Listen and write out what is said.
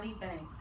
Banks